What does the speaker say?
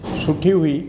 सुठी हुई